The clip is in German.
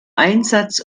einsatz